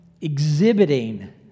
exhibiting